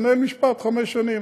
יתנהל משפט חמש שנים.